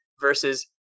versus